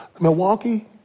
Milwaukee